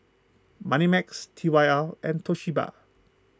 Moneymax T Y R and Toshiba